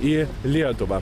į lietuvą